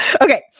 Okay